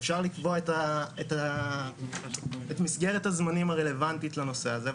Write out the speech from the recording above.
אפשר לקבוע את מסגרת הזמנים הרלבנטית לנושא הזה,